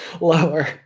Lower